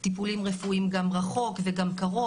טיפולים רפואיים גם רחוק וגם קרוב,